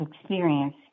experience